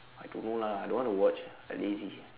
I don't know lah I don't want to watch I lazy